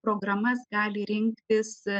programas gali rinktis